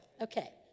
Okay